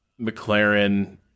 McLaren